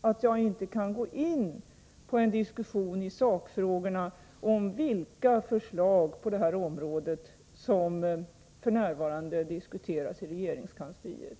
att jag inte kan gå in på en diskussion i sakfrågorna om vilka förslag på det här området som f. n. diskuteras i regeringskansliet.